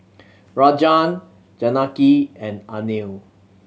Rajan Janaki and Anil